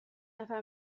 نفر